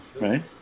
Right